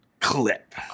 clip